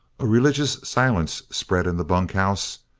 a religious silence spread in the bunkhouse.